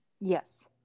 yes